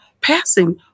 passing